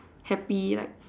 happy like